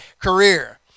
career